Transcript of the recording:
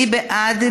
מי בעד?